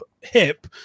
hip